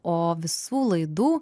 o visų laidų